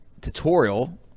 tutorial